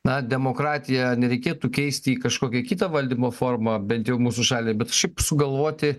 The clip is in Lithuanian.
na demokratiją nereikėtų keisti į kažkokią kitą valdymo formą bent jau mūsų šalį bet šiaip sugalvoti